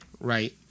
Right